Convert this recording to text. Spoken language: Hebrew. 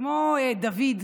כמו דוד,